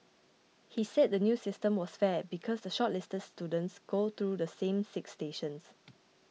he said the new system was fair because the shortlisted students go through the same six stations